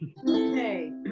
Okay